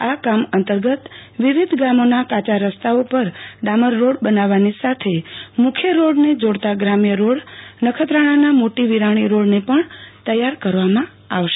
આ કામ અંતર્ગત વિવિધગામોના કાચા રસ્તાઓ પર ડામર ોડ બનાવવાની સાથે મુખ્ય રોડને જોડતા ગ્રામ્ય રોડ નખત્રાણાના મોટી વિરાણી તયાર કરવામાં આવશે